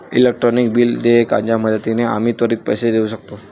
electronic bill देयकाच्या मदतीने आम्ही त्वरित पैसे देऊ शकतो